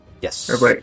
Yes